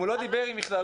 הוא לא דיבר עם המכללות?